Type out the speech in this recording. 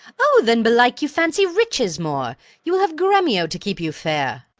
o! then, belike, you fancy riches more you will have gremio to keep you fair.